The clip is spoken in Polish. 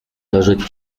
leżeć